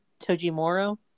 Tojimoro